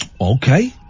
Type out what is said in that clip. okay